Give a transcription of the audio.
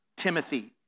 Timothy